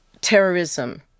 terrorism